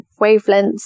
wavelengths